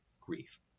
grief